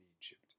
Egypt